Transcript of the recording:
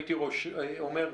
הייתי אומר,